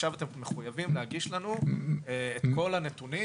עכשיו אתם מחויבים להגיש לנו את כל הנתונים.